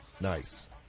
Nice